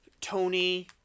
Tony